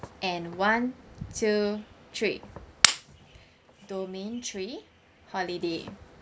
and one two three domain three holiday